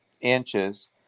inches